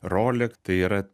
rolek tai yra